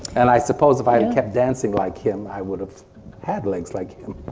and i suppose if i kept dancing like him i would have had legs like him.